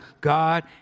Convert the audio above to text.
God